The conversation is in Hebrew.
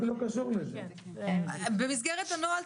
במסגרת הנוהל,